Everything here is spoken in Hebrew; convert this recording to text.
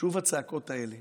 שוב הצעקות האלה